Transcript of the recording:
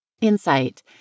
Insight